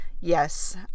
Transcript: yes